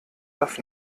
darf